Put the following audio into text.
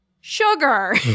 sugar